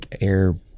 air